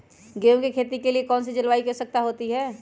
गेंहू की खेती के लिए कौन सी जलवायु की आवश्यकता होती है?